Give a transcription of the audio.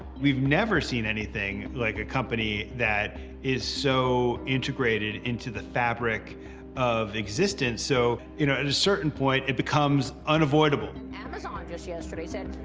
we've never seen anything like a company that is so integrated into the fabric of existence, so, you know, at a certain point, it becomes unavoidable. amazon just yesterday said.